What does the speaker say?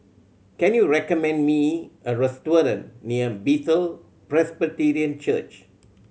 can you recommend me a restaurant near Bethel Presbyterian Church